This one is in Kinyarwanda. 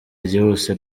ryihuse